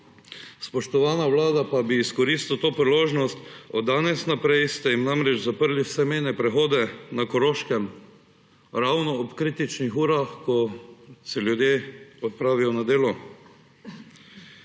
Spoštovana Vlada, izkoristil bi to priložnost. Od danes naprej ste jim zaprli vse mejne prehode na Koroškem ravno ob kritičnih urah, ko se ljudje odpravijo na delo.